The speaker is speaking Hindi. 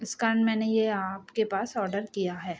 इस कारण मैंने ये आपके पास ऑडर किया है